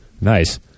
Nice